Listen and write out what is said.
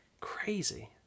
Crazy